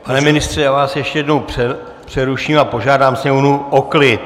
Pane ministře, já vás ještě jednou přeruším a požádám sněmovnu o klid.